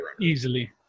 Easily